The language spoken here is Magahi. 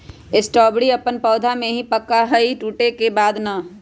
स्ट्रॉबेरी अपन पौधा में ही पका हई टूटे के बाद ना